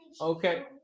okay